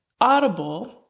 Audible